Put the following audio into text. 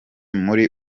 muri